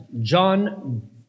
John